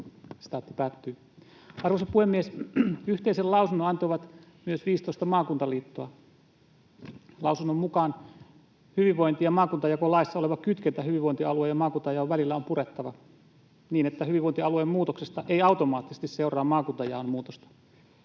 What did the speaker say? Arvoisa puhemies! Yhteisen lausunnon antoivat myös 15 maakuntaliittoa. Lausunnon mukaan: ”Hyvinvointialue- ja maakuntajakolaissa oleva kytkentä hyvinvointialue- ja maakuntajaon välillä on purettava, niin että hyvinvointialueen muutoksesta ei automaattisesti seuraa maakuntajaon muutosta.